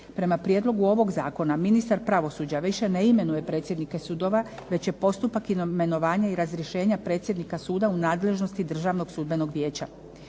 Prema prijedlogu ovog zakona, ministar pravosuđa više ne imenuje predsjednike sudova već je postupak imenovanja i razrješenja predsjednika suda u nadležnosti Državnog sudbenog vijeća.